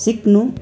सिक्नु